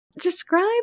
Describe